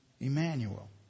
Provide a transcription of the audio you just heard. Emmanuel